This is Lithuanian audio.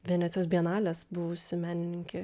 venecijos bienalės buvusi menininkė